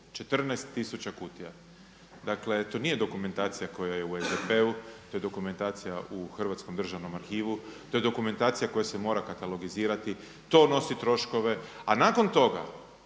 14000 kutija. Dakle, to nije dokumentacija koja je u SDP-u. To je dokumentacija u Hrvatskom državnom arhivu. To je dokumentacija koja se mora katalogizirati. To nosi troškove, a nakon toga